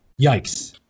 yikes